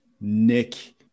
Nick